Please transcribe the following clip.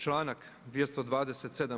Članak 227.